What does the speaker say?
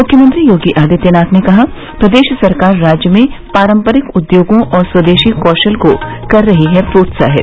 मुख्यमंत्री योगी आदित्यनाथ ने कहा प्रदेश सरकार राज्य में पारम्परिक उद्योगों और स्वदेशी कौशल को कर रही प्रोत्साहित